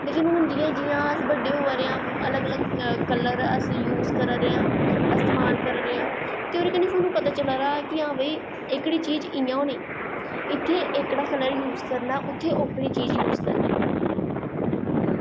लेकिन हून जियां जियां अस बड्डे होआ दे आं अलग अलग कलर अस यूज़ करा दे आं इस्तेमाल करा दे आं फिर बी सानूं कियां पता चला दा केह्ड़ी चीज़ कि'यां होनी इत्थै एह्कड़ा कलर यूज़ करना उत्थै ओह्कड़ी चीज़ यूज़ करनी